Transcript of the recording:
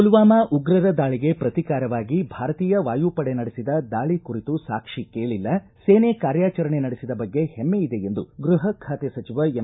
ಪುಲ್ವಾಮಾ ಉಗ್ರರ ದಾಳಿಗೆ ಪ್ರತೀಕಾರವಾಗಿ ಭಾರತೀಯ ವಾಯುಪಡೆ ನಡೆಸಿದ ದಾಳಿ ಕುರಿತು ಸಾಕ್ಷಿ ಕೇಳಿಲ್ಲ ಸೇನೆ ಕಾರ್ಯಾಚರಣೆ ನಡೆಸಿದ ಬಗ್ಗೆ ಹೆಮ್ಮೆ ಇದೆ ಎಂದು ಗೃಹ ಖಾತೆ ಸಚಿವ ಎಂ